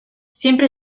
siempre